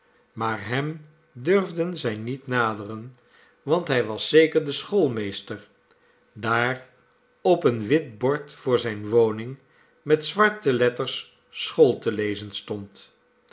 maar hem durfden zij niet naderen want hij was zeker de schoolmeester daar op een wit bord voor zijne woning met zwarte letters school te lezen stond